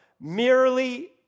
merely